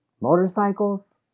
motorcycles